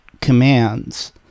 commands